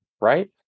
right